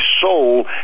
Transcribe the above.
soul